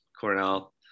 Cornell